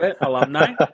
alumni